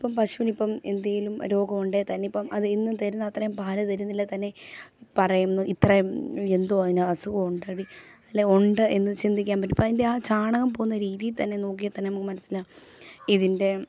ഇപ്പം പശുവിനിപ്പം എന്തേലും രോഗമുണ്ടേൽ തന്നെ ഇപ്പം അത് എന്നും തരുന്ന അത്രയും പാല് തരുന്നില്ലേൽ തന്നെ പറയുന്നു ഇത്രയും എന്തുവാ അതിന് അസുഖം ഉണ്ട് അല്ലേൽ ഉണ്ട് എന്ന് ചിന്തിക്കാൻ പറ്റും അപ്പം അതിൻ്റെ ആ ചാണകം പോകുന്ന രീതി തന്നെ നോക്കിയാൽ തന്നെ നമുക്ക് മനസ്സിലാകും ഇതിൻ്റെ